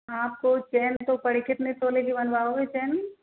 हाँ आपको चैन तो पड़ी कितने तोले कि बनवाओगे चैन